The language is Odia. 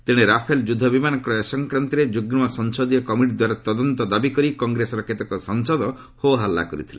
ତେଣେ ରାଫେଲ ଯୁଦ୍ଧ ବିମାନ କ୍ରୟ ସଂକ୍ରାନ୍ତରେ ଯୁଗ୍ମ ସଂସଦୀୟ କମିଟିଦ୍ୱାରା ତଦନ୍ତ ଦାବି କରି କଂଗ୍ରେସର କେତେକ ସାଂସଦ ହୋହାଲ୍ଲା କରିଥିଲେ